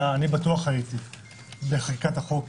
הייתי בחקיקת החוק